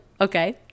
Okay